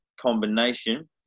combination